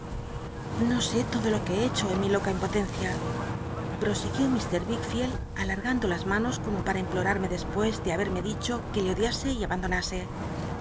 no sé todo lo qu he becbo en mi loca prosiguió fr wickfield alargando las manos como p ua implotatmc dcspnes de haberme dicho que le odiase y abandonase